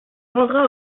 rendra